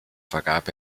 vergab